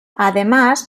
además